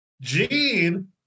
Gene